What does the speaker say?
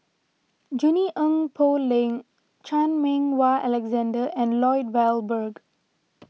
Junie Poh Leng Chan Meng Wah Alexander and Lloyd Valberg